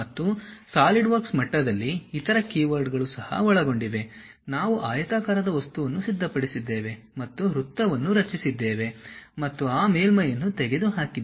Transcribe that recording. ಮತ್ತು ಸಾಲಿಡ್ವರ್ಕ್ಸ್ ಮಟ್ಟದಲ್ಲಿ ಇತರ ಕೀವರ್ಡ್ಗಳು ಸಹ ಒಳಗೊಂಡಿವೆ ನಾವು ಆಯತಾಕಾರದ ವಸ್ತುವನ್ನು ಸಿದ್ಧಪಡಿಸಿದ್ದೇವೆ ಮತ್ತು ವೃತ್ತವನ್ನು ರಚಿಸಿದ್ದೇವೆ ಮತ್ತು ಆ ಮೇಲ್ಮೈಯನ್ನು ತೆಗೆದುಹಾಕಿದ್ದೇವೆ